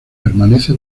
permanece